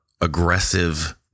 aggressive